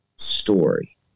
story